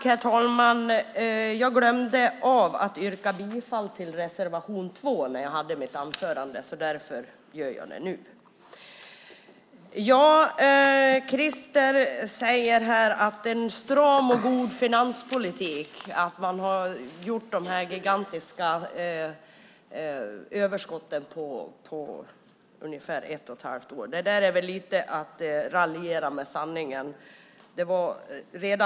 Herr talman! Jag glömde att yrka bifall till reservation 2 när jag hade mitt anförande. Därför gör jag det nu. Krister talar om en stram och god finanspolitik och att man har fått de gigantiska överskotten på ungefär ett och ett halvt år. Det är väl lite att raljera med sanningen.